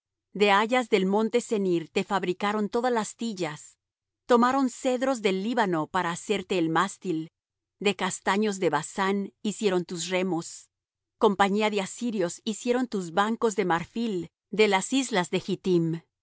de hayas del monte senir te fabricaron todas las tillas tomaron cedros del líbano para hacerte el mástil de castaños de basán hicieron tus remos compañía de asirios hicieron tus bancos de marfil de las islas de